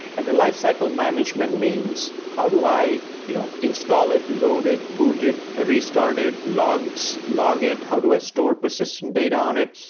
and the lifecycle management means how do i you know install it, load it, boot it, restart it, log so log it? how do i store persistent data on it?